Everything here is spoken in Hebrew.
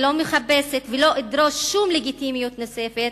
אני לא מחפשת ולא אדרוש שום לגיטימיות נוספת.